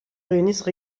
réunissent